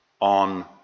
on